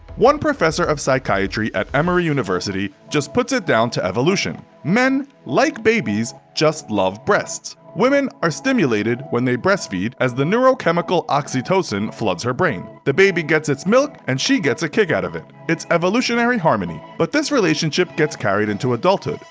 one professor of psychiatry at emory university just puts it down to evolution. men, like babies, just love breasts. women are stimulated when they breastfeed as the neurochemical oxytocin floods her brain. the baby gets its milk and she gets a kick out of it. it's evolutionary harmony. but this relationship gets carried into adulthood.